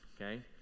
okay